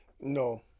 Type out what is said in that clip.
No